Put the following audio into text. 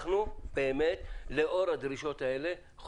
לאור הדרישות האלה,